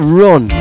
run